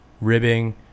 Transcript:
ribbing